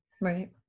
Right